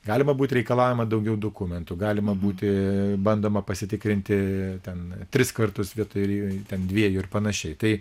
galima būti reikalaujama daugiau dokumentų galima būti bandoma pasitikrinti ten tris kartus vietoj ten dviejų ir panašiai tai